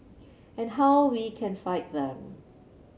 and how we can fight them